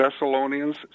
Thessalonians